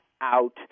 out